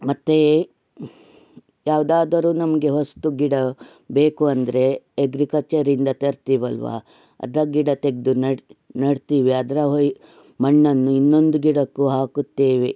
ಮತ್ತು ಯಾವುದಾದರೂ ನಮಗೆ ಹೊಸ್ದು ಗಿಡ ಬೇಕು ಅಂದರೆ ಎಗ್ರಿಕಲ್ಚರಿಂದ ತರ್ತೀವಲ್ವಾ ಅದ ಗಿಡ ತೆಗೆದು ನಡ್ ನೆಡ್ತಿವಿ ಅದರ ಹೊಯ್ ಮಣ್ಣನ್ನು ಇನ್ನೊಂದು ಗಿಡಕ್ಕೂ ಹಾಕುತ್ತೇವೆ